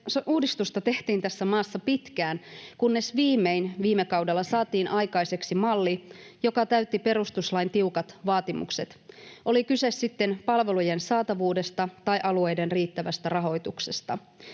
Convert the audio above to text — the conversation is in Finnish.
uudistusta tehtiin tässä maassa pitkään, kunnes viimein viime kaudella saatiin aikaiseksi malli, joka täytti perustuslain tiukat vaatimukset, oli kyse sitten palvelujen saatavuudesta tai alueiden riittävästä rahoituksesta.